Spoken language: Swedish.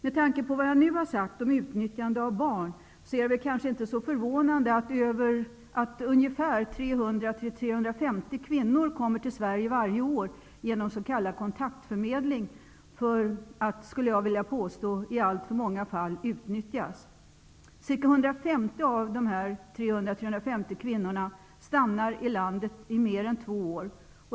Med tanke på vad jag nu har sagt om utnyttjande av barn är det kanske inte så förvånande att ungefär 300--350 kvinnor kommer till Sverige varje år genom s.k. kontaktförmedling för att i alltför många fall -- vill jag påstå -- utnyttjas. Ca 150 av de 300--350 kvinnorna stannar i landet under mer än två år.